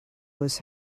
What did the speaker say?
was